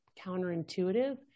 counterintuitive